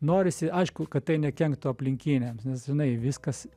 norisi aišku kad tai nekenktų aplinkiniams nes žinai viskas